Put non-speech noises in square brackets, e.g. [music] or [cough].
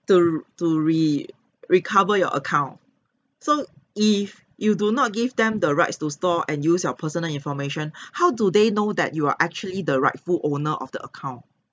to r~ to re~ recover your account so if you do not give them the rights to store and use your personal information [breath] how do they know that you are actually the rightful owner of the account